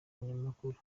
umunyamakuru